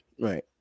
Right